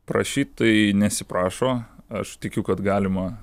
prašyt tai nesiprašo aš tikiu kad galima